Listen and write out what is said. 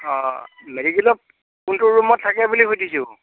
অঁ মেডিকেলত কোনটো ৰুমত থাকে বুলি সুধিছোঁ